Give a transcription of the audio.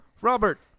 Robert